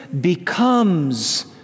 becomes